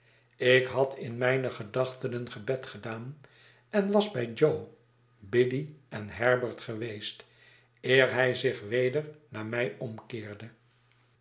ik had in mijne gedachten een gebed gedaan en was bij jo biddy en herbert geweest eer hij zich weder naar mij omkeerde